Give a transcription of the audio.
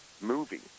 movie